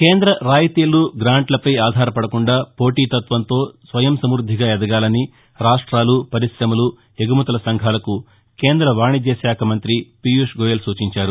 కేంద్ర రాయితీలు గ్రాంట్లపై ఆధారపడకుండా పోటీతత్వంతో స్వయం సమ్బద్దిగా ఎదగాలని రాష్ట్రాలు పరిశమలు ఎగుమతుల సంఘాలకు కేంద్ర వాణిజ్యశాఖ మంత్రి పీయూష్ గోయల్ సూచించారు